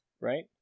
right